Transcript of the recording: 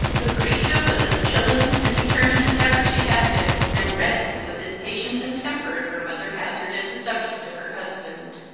lucretia was as chilling and determined as ever she had been, and reddened with impatience and temper if her mother hazarded the subject of her husband.